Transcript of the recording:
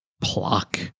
Pluck